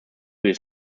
his